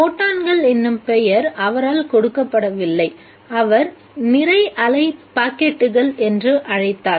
ஃபோட்டான்கள் என்னும் பெயர் அவரால் கொடுக்கப்படவில்லை அவர் நிறை அலை பாக்கெட்டுகள் என்று அழைத்தார்